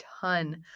ton